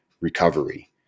recovery